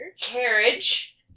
carriage